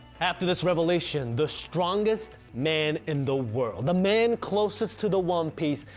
after this revelation the strongest man in the world, the man closest to the one piece,